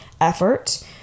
effort